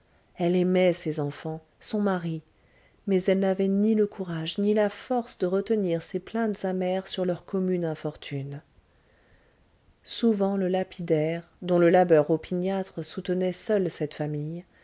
elle aimait ses enfants son mari mais elle n'avait ni le courage ni la force de retenir ses plaintes amères sur leur commune infortune souvent le lapidaire dont le labeur opiniâtre soutenait seul cette famille